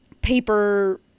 paper